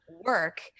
work